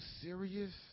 serious